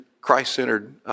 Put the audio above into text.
Christ-centered